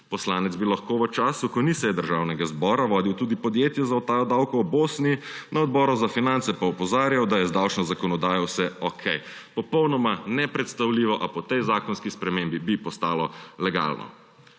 Poslanec bi lahko v času, ko ni seje Državnega zbora, vodil tudi podjetje za utajo davkov v Bosni, na Odboru za finance pa opozarjal, da je z davčno zakonodajo vse okej. Popolnoma nepredstavljivo, a po tej zakonski spremembi bi postalo legalno.